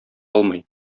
алмый